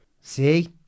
See